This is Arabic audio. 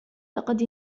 لقد